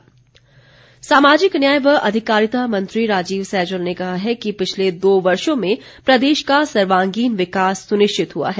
सैजल सामाजिक न्याय व अधिकारिता मंत्री राजीव सैजल ने कहा है कि पिछले दो वर्षो में प्रदेश का सर्वांगीण विकास सुनिश्चित हुआ है